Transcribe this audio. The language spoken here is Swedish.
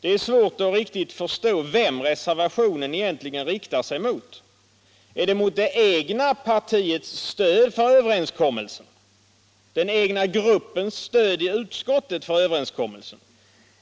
Det är svårt att riktigt förstå vem reservationen egentligen riktar sig mot. Är det mot det egna partiets stöd för överenskommelsen eller mot den egna utskottsgruppens?